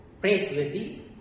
praiseworthy